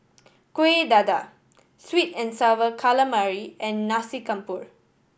Kueh Dadar sweet and Sour Calamari and Nasi Campur